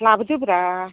लाबोदोब्रा